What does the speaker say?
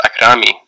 Akrami